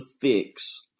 fix